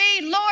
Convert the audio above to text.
Lord